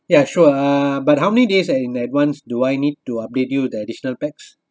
ya sure uh but how many days uh in advance do I need to update you the additional paxs